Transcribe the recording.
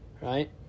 right